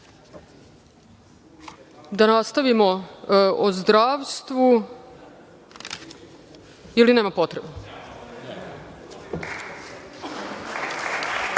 da nastavimo o zdravstvu, ili nema potrebe?